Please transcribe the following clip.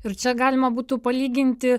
ir čia galima būtų palyginti